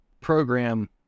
program